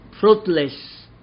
fruitless